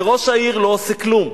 וראש העיר לא עושה כלום.